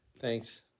thanks